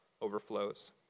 overflows